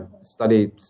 studied